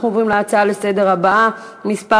אנחנו עוברים להצעה לסדר-היום הבאה, הצעה מס'